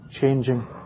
changing